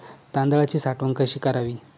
तांदळाची साठवण कशी करावी?